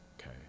okay